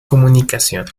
comunicación